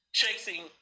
chasing